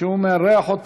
שהוא מארח.